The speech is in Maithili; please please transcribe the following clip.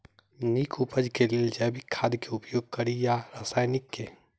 नीक उपज केँ लेल जैविक खाद केँ उपयोग कड़ी या रासायनिक केँ?